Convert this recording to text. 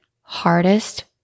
hardest